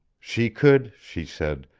she could, she said,